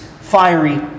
fiery